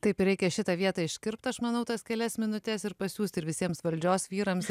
taip reikia šitą vietą iškirpt aš manau tas kelias minutes ir pasiųst ir visiems valdžios vyrams ir